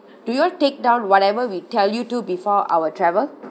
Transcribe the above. do you all take down whatever we tell you to before our travel